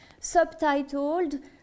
subtitled